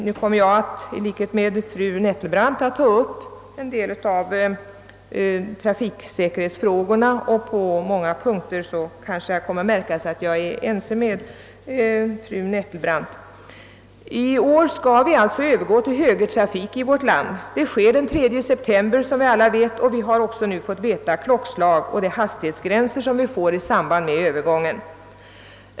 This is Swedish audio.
Nu kommer jag i likhet med fru Nettelbrandt att ta upp en del av trafiksäkerhetsfrågorna, och på många punkter kommer det kanske att märkas att jag är ense med henne. I år skall vi alltså övergå till högertrafik i vårt land. Denna införes som vi alla vet den 3 september och vi har också fått veta klockslaget och de hastighetsgränser som skall gälla i samband med övergången.